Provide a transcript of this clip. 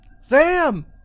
Sam